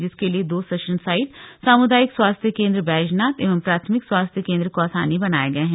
जिसके लिए दो सेशन साइट समुदायिक स्वास्थ केंद्र बैजनाथ एवं प्राथमिक स्वास्थ्य केंद्र कौसानी बनाये गयें है